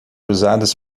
usadas